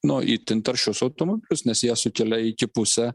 nu itin taršius automobilius nes jie sukelia iki pusę